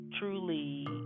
truly